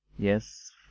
yes